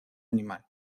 animal